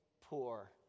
poor